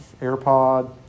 AirPod